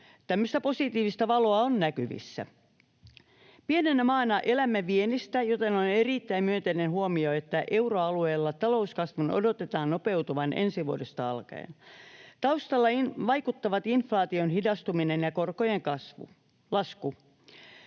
tämmöistä positiivista valoa on näkyvissä. Pienenä maana elämme viennistä, joten on erittäin myönteinen huomio, että euroalueella talouskasvun odotetaan nopeutuvan ensi vuodesta alkaen. Taustalla vaikuttavat inflaation hidastuminen ja korkojen lasku.